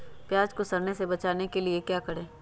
प्याज को सड़ने से बचाने के लिए क्या करें?